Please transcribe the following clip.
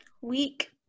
Week